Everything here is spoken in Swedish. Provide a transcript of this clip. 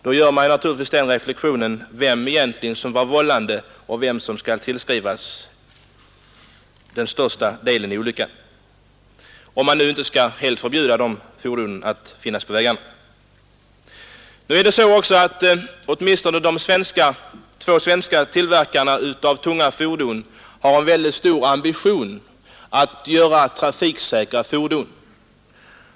Då gör man naturligtvis reflexionen vem som egentligen var vållande och vem som skall tillskrivas den största skulden till olyckan — och om man inte helt skall förbjuda de tunga fordonen på vägarna. Åtminstone de två svenska tillverkarna av tunga fordon har en mycket stor ambition att göra trafiksäkra fordon.